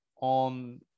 on